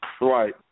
Right